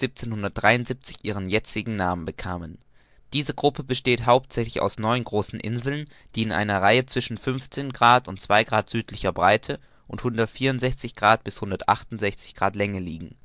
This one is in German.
ihren jetzigen namen bekamen diese gruppe besteht hauptsächlich aus neun großen inseln die in einer reihe zwischen grad und zwei grad südlicher breite und hundert grad bis grad länge liegen